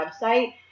website